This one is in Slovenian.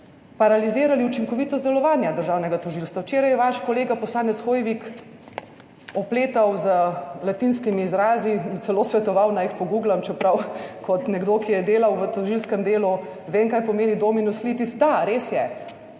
paralizirali učinkovitost delovanja državnega tožilstva. Včeraj je vaš kolega poslanec Hoivik opletal z latinskimi izrazi, celo svetoval naj jih pogooglam, čeprav kot nekdo, ki je delal v tožilskem delu, vem, kaj pomeni dominus litis. Da, res je,